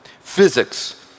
physics